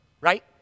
right